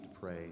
pray